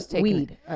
weed